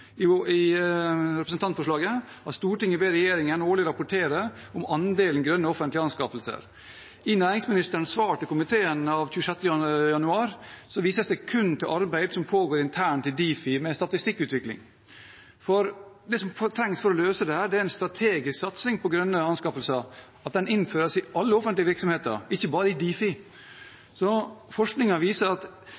2 i representantforslaget: «Stortinget ber regjeringen årlig rapportere om andelen grønne offentlige anskaffelser.» I næringsministerens svar til komiteen av 26. januar vises det kun til arbeid som pågår internt i Difi med statistikkutvikling. Det som trengs for å løse dette, er en strategisk satsing på grønne anskaffelser, og at den innføres i alle offentlige virksomheter, ikke bare i Difi.